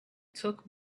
took